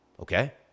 okay